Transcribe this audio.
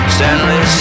Stanley